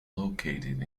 located